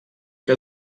que